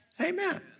Amen